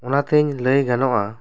ᱚᱱᱟ ᱛᱮᱧ ᱞᱟᱹᱭ ᱜᱟᱱᱚᱜᱼᱟ